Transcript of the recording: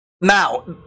Now